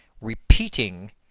repeating